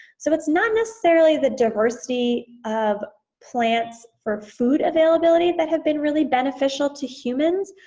so it's not necessarily the diversity of plants for food availability that have been really beneficial to humans,